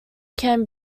can